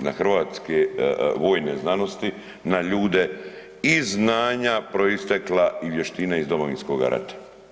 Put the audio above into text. na hrvatske vojne znanosti, na ljude i znanja proistekla i vještine iz Domovinskoga rata.